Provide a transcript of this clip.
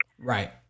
Right